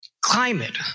climate